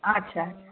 अच्छा